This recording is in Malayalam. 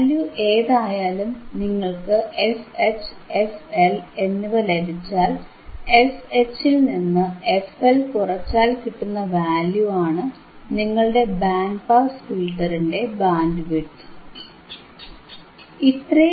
വാല്യൂ ഏതായാലും നിങ്ങൾക്ക് fH fL എന്നിവ ലഭിച്ചാൽ fH ൽ നിന്ന് fL കുറച്ചാൽ കിട്ടുന്ന വാല്യൂ ആണ് നിങ്ങളുടെ ബാൻഡ് പാസ് ഫിൽറ്ററിന്റെ ബാൻഡ് വിഡ്ത്